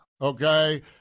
Okay